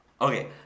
okay